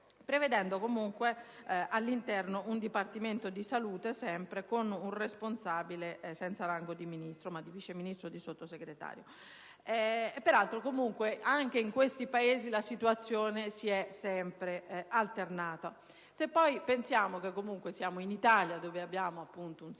prevedendo comunque all'interno un Dipartimento di salute con un responsabile senza rango di Ministro, ma di Vice Ministro o di Sottosegretario. Comunque, anche in questi Paesi la situazione si è sempre alternata. Pensiamo poi che siamo in Italia, dove abbiamo un